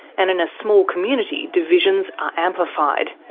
and in a small community divisions are amplified.